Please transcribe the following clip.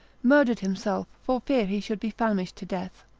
murdered himself for fear he should be famished to death.